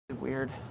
weird